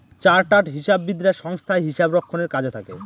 chartered হিসাববিদরা সংস্থায় হিসাব রক্ষণের কাজে থাকে